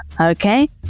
Okay